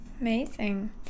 amazing